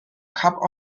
cup